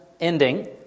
ending